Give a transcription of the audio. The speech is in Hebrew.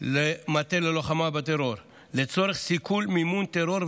למטה ללוחמה בטרור לצורך סיכול מימון טרור,